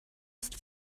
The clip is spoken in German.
ist